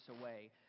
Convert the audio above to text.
away